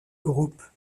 groupe